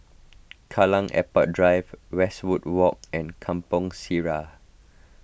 Kallang Airport Drive Westwood Walk and Kampong Sireh